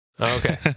Okay